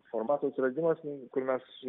formatų atsiradimas kur mes